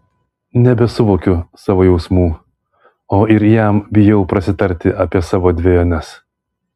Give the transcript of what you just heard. nebesuvokiu savo jausmų o ir jam bijau prasitarti apie savo dvejones